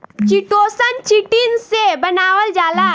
chitosan, chitin से बनावल जाला